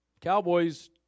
Cowboys